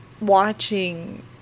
watching